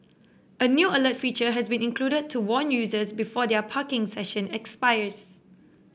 a new alert feature has been included to warn users before their parking session expires